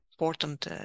important